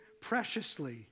preciously